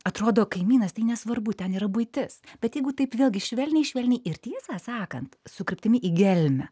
atrodo kaimynas tai nesvarbu ten yra buitis bet jeigu taip vėlgi švelniai švelniai ir tiesą sakant su kryptimi į gelmę